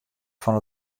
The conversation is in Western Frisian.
fan